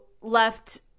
left